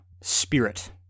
spirit